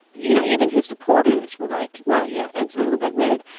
you know even his supporters were, like, well yeah, ed's a little bit weird.